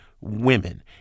women